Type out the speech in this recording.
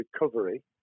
recovery